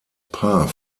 paar